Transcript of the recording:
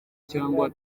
cyangwa